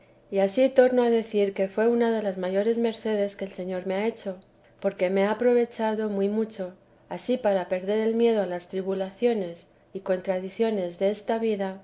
y ansí torno a decir que fué una de las mayores mercedes que el señor me ha hecho porque me ha aprovechado muy mucho ansí para perder el miedo a las tribulaciones y contradicciones desta vida